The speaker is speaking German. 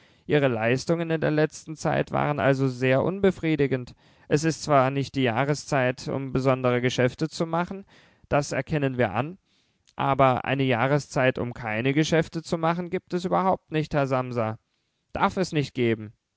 ihre leistungen in der letzten zeit waren also sehr unbefriedigend es ist zwar nicht die jahreszeit um besondere geschäfte zu machen das erkennen wir an aber eine jahreszeit um keine geschäfte zu machen gibt es überhaupt nicht herr samsa darf es nicht geben